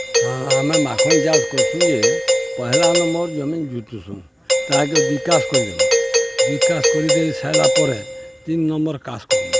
ହଁ ଆମେ ମାଖନ୍ ଚାଷ୍ କର୍ସୁଁ ଯେ ପହେଲାନ ଆମର୍ ଜମି ଜୁତ୍ସୁଁ ତାହାକେ ଦୁଇ କାସ୍ କରିଦେମୁ ଦୁଇ କାସ୍ କରିଦେଇ ସାର୍ଲା ପରେ ତିନି ନମ୍ବର୍ କାସ୍ କର୍ମୁ